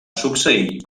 succeir